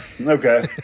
okay